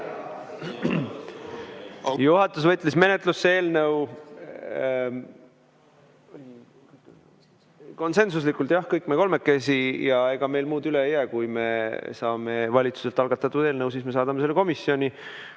Juhatus võttis menetlusse eelnõu, konsensuslikult, jah, meie kõik kolmekesi. Ega meil muud üle ei jää. Kui me saame valitsuselt algatatud eelnõu, siis me saadame selle komisjoni.